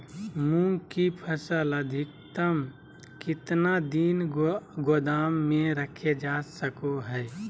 मूंग की फसल अधिकतम कितना दिन गोदाम में रखे जा सको हय?